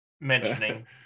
mentioning